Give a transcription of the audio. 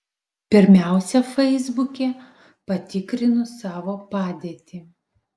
pirmiausia feisbuke patikrinu savo padėtį